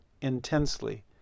intensely